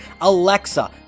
Alexa